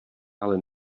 ale